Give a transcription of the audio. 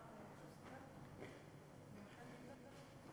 ישיב בשם הממשלה סגן השר מיקי לוי,